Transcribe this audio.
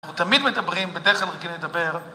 אנחנו תמיד מדברים, בדרך כלל רגילים לדבר..